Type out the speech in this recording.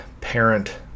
parent